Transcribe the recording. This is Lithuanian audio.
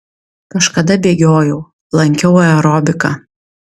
kažkada bėgiojau lankiau aerobiką